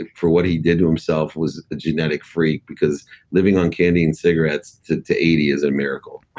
for what he did to himself, was a genetic freak. because living on candy and cigarettes to to eighty is a miracle